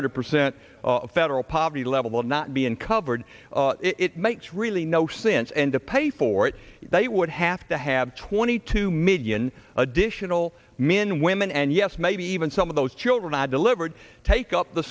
hundred percent of federal poverty level will not be uncovered it makes really no sense and to pay for it they would have to have twenty two million additional men women and yes maybe even some of those children i delivered take up the